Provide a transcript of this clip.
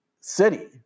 city